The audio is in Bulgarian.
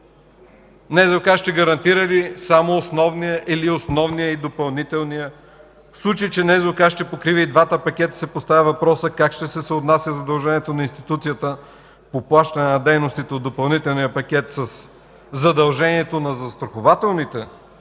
НЗОК. Тя ще гарантира ли само основния, или основния и допълнителния пакети? В случай, че ще покрива и двата пакета, се поставя въпросът как ще се съотнася задължението на институцията по плащането на дейностите от допълнителния пакет със задължението на застрахователните